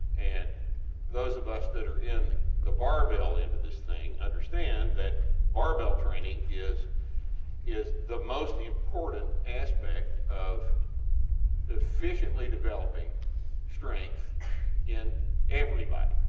and those of us that are in the barbell end of this thing understand that barbell training is is the most important aspect of efficiently developing strength in everybody.